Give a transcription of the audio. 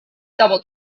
double